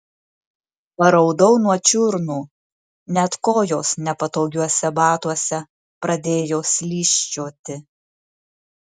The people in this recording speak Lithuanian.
paraudau nuo čiurnų net kojos nepatogiuose batuose pradėjo slysčioti